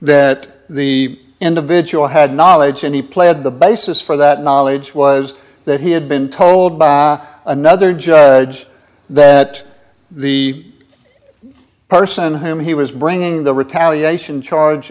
that the individual had knowledge and he pled the basis for that knowledge was that he had been told by another judge that the person whom he was bringing the retaliation charge